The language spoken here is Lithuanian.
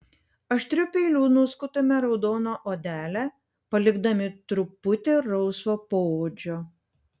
aštriu peiliu nuskutame raudoną odelę palikdami truputį rausvo poodžio